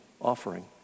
offering